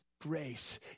grace